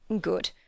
Good